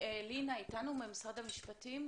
לינא איתנו, ממשרד המשפטים.